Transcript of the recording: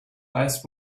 ice